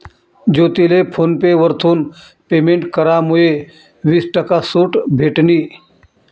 ज्योतीले PhonePe वरथून payment करामुये वीस टक्का सूट भेटनी